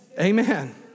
Amen